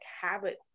habit